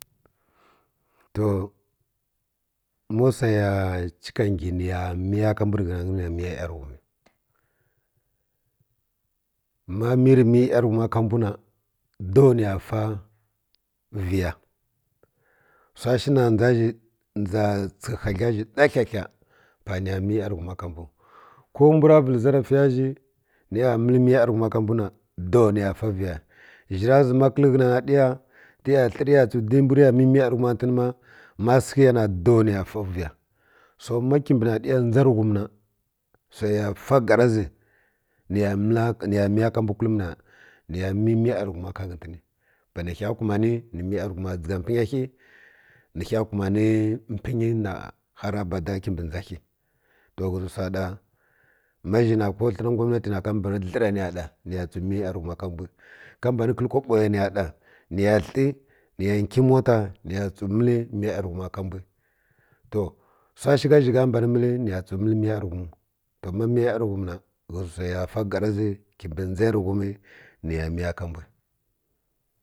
To ma wsai ya chika ngiya miy rǝghǝnangyi na miya ˈyarughumǝ maya miy rǝ miya ˈyarughuma ka mbwu na do niya fa viya wsa shǝna ndza zhi nza tsǝghǝ hagla zhi ɗaklak kla pa mi ˈyarughumu ko mbwura vǝlǝ zarafiya zhi niya wnu miya ˈyarughuma ka mbwu na do niya zǝma fa vǝya zhi ra zǝma tli riya tsu di mbwi riya mi miya ˈyarughuma ka ghǝntǝni ma, ma sǝghǝ ya na do niya fa vǝya so ma ki mbǝ naɗiya ndza ki mbǝ ghum na wsai ya fa ˈgara zi niya miya ka mbwu kulum na niya mi miya ˈyarughuma ka ghǝtǝni panai kha kumani nǝ miya ˈyarughuma dzǝgha whurkhi nikha kumanǝ mpǝnyi na har abada kimbǝ ndza khi to ghǝzǝ na ko zhi na ko tlǝna gwamnati na wayi mbanǝ dlǝra niya tsu miya ˈyarughuma kambwi ka mbanǝ kǝlǝ kaɓoya niya ɗa niya nki kaɓo achaɓa niya tsu mi miya ˈyarughuma ka mbwi to wsa shi gha zhigha mbanǝ mǝlu niya tsu mi miya ˈyarughumu don ma miyab ˈyarughumna ghǝzǝ nai ya kumanǝ ˈgara zǝ niya miya ka mbwi